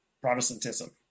Protestantism